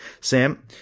Sam